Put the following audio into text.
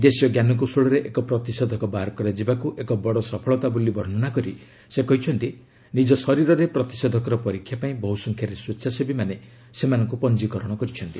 ଦେଶୀୟ ଜ୍ଞାନକୌଶଳରେ ଏକ ପ୍ରତିଷେଧକ ବାହାର କରାଯିବାକୁ ଏକ ବଡ଼ ସଫଳତା ବୋଲି ବର୍ଷ୍ଣନା କରି ସେ କହିଛନ୍ତି ନିକ ଶରୀରରେ ପ୍ରତିଷେଧକର ପରୀକ୍ଷା ପାଇଁ ବହ୍ର ସଂଖ୍ୟାରେ ସ୍ୱେଚ୍ଛାସେବୀମାନେ ସେମାନଙ୍କ ପଞ୍ଜିକରଣ କରିଛନ୍ତି